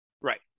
Right